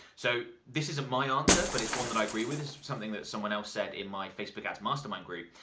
so this isn't my answer, but it's one that i agree with. this is something that someone else said in my facebook ads mastermind group,